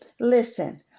Listen